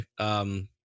Okay